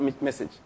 message